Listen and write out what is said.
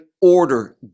order